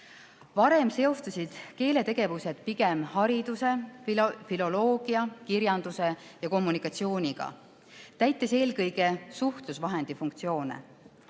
Varem seostusid keeletegevused pigem hariduse, filoloogia, kirjanduse ja kommunikatsiooniga, täites eelkõige suhtlusvahendi funktsioone.